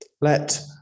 Let